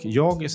jag